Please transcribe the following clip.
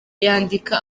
yandika